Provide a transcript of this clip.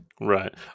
right